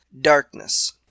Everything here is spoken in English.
Darkness